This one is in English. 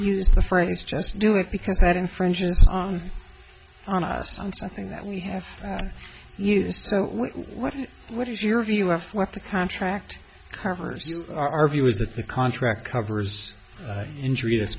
use the phrase just do it because that infringes on us on something that we have used so what what is your view of what the contract covers our view is that the contract covers injury